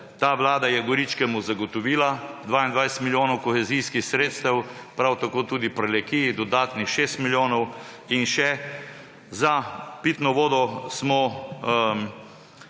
Ta vlada je Goričkemu zagotovila 22 milijonov kohezijskih sredstev, prav tako tudi Prlekiji dodatnih 6 milijonov in še za pitno vodo smo